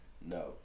No